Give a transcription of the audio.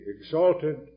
exalted